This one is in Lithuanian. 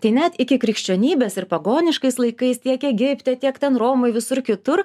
tai net iki krikščionybės ir pagoniškais laikais tiek egipte tiek ten romoj visur kitur